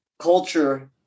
culture